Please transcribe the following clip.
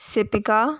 सिपिका